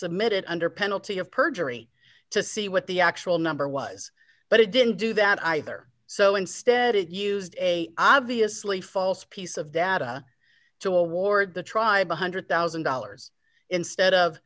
submitted under penalty of perjury to see what the actual number was but it didn't do that either so instead it used a obviously false piece of data to award the tribe one hundred thousand dollars instead of